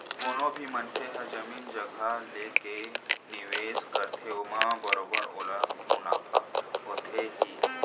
कोनो भी मनसे ह जमीन जघा लेके निवेस करथे ओमा बरोबर ओला मुनाफा होथे ही